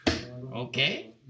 Okay